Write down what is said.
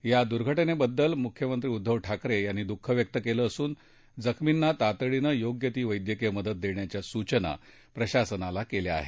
या दुर्घटनेबद्दल मुख्यमंत्री उद्दव ठाकरे यांनी दुःख व्यक्त केलं असून जखमींना तातडीनं योग्य ती वैद्यकीय मदत देण्याच्या सूचना प्रशासनाला केल्या आहेत